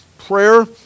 prayer